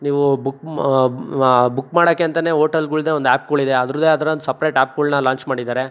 ನೀವು ಬುಕ್ ಮ ಬುಕ್ ಮಾಡೋಕ್ಕೆ ಅಂತಲೇ ಓಟೆಲ್ಗಳ್ದೆ ಒಂದು ಆ್ಯಪ್ಗಳಿದೆ ಅದ್ರದ್ದೇ ಆದ ಒಂದು ಸಪ್ರೇಟ್ ಆ್ಯಪ್ಗಳ್ನ ಲಾಂಚ್ ಮಾಡಿದ್ದಾರೆ